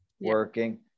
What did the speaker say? working